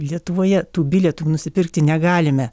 lietuvoje tų bilietų nusipirkti negalime